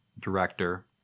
director